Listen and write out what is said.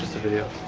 a video.